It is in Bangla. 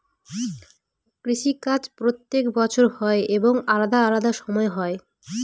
কৃষি কাজ প্রত্যেক বছর হয় এবং আলাদা আলাদা সময় হয়